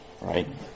right